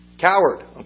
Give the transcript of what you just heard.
Coward